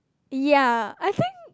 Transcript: ya I think